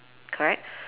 correct